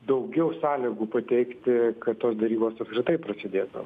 daugiau sąlygų pateikti kad tos derybos apskritai prasidėtų